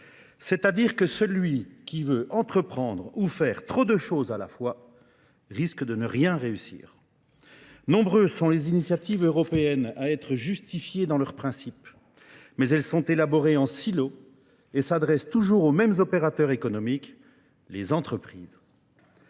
C'est-à-dire que celui qui veut entreprendre ou faire trop de choses à la fois risque de ne rien réussir. Nombreuses sont les initiatives européennes à être justifiées dans leurs principes. mais elles sont élaborées en silos et s'adressent toujours aux mêmes opérateurs économiques, les entreprises.